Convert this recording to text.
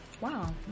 Wow